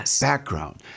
background